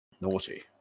Naughty